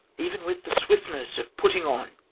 even with the swiftness of putting on.